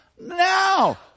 Now